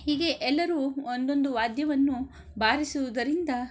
ಹೀಗೇ ಎಲ್ಲರೂ ಒಂದೊಂದು ವಾದ್ಯವನ್ನು ಬಾರಿಸುವುದರಿಂದ